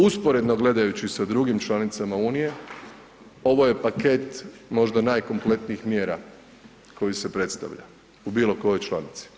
Usporedno gledajući sa drugim članicama unije ovo je komplet možda najkompletnijih mjera koji se predstavlja u bilo kojoj članici.